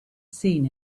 seen